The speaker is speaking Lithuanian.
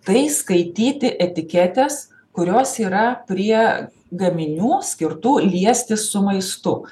tai skaityti etiketes kurios yra prie gaminių skirtų liestis su maistu